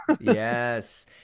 Yes